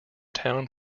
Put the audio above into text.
town